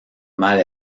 mal